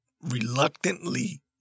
reluctantly